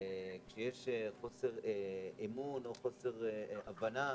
כשיש חוסר אמון או חוסר הבנה,